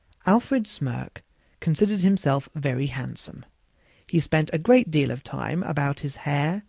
alfred smirk considered himself very handsome he spent a great deal of time about his hair,